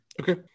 Okay